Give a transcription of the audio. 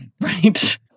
Right